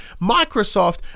Microsoft